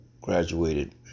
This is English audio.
graduated